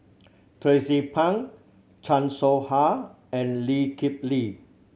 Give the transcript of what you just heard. Tracie Pang Chan Soh Ha and Lee Kip Lee